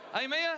Amen